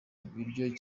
ibiryo